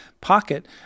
pocket